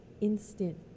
instant